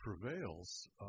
prevails